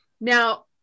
Now